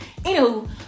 anywho